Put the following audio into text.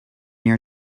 your